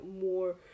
more